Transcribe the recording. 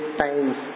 times